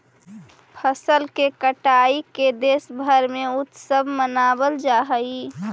फसल के कटाई के देशभर में उत्सव मनावल जा हइ